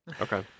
Okay